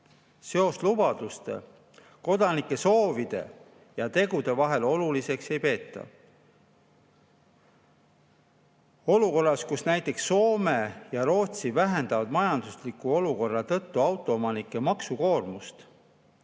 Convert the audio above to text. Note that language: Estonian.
seost lubaduste, kodanike soovide ja tegude vahel oluliseks ei peeta. [‑‑‑] Olukorras, kus näiteks Soome ja Rootsi vähendavad majandusliku olukorra tõttu autoomanike maksukoormust,